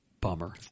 Bummer